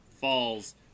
falls